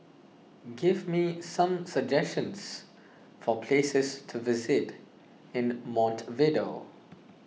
give me some suggestions for places to visit in Montevideo